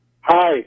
Hi